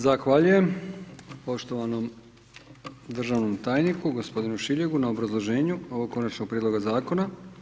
Zahvaljujem poštovanom državnom tajniku gospodinu Šiljegu na obrazloženju ovog Konačnog prijedloga Zakona.